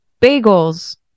bagels